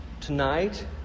tonight